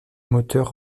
moteur